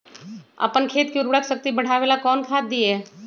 अपन खेत के उर्वरक शक्ति बढावेला कौन खाद दीये?